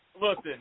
listen